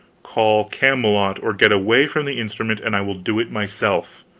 call camelot, or get away from the instrument and i will do it myself.